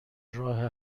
راه